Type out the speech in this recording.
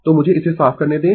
तो मुझे इसे साफ करने दें